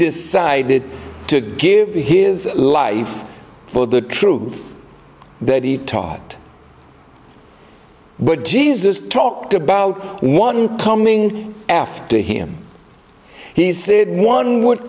decided to give his life for the truth that he taught but jesus talked about one coming after him he said one would